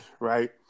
Right